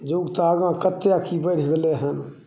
जुग तऽ आगाँ कतेक की बढ़ि गेलै हन